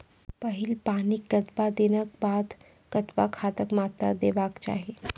पहिल पानिक कतबा दिनऽक बाद कतबा खादक मात्रा देबाक चाही?